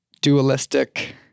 dualistic